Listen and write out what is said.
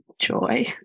joy